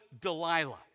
Delilah